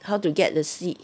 how to get the seed